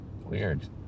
Weird